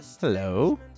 Hello